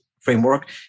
Framework